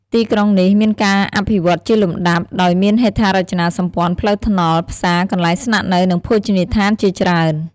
ទីក្រុងនេះមានការអភិវឌ្ឍជាលំដាប់ ដោយមានហេដ្ឋារចនាសម្ព័ន្ធផ្លូវថ្នល់ ផ្សារ កន្លែងស្នាក់នៅ និងភោជនីយដ្ឋានជាច្រើន។